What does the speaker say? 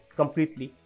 completely